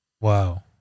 Wow